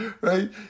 right